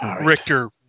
Richter